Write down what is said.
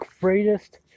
greatest